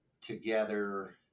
together